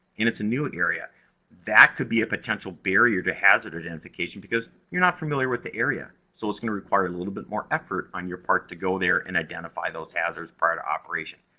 and it's a new area that could be a potential barrier to hazard identification, because you're not familiar with the area. so, it's gonna require a little bit more effort on your part to go there, and identify those hazards prior to operation.